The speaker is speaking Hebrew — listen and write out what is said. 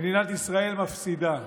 מדינת ישראל מפסידה.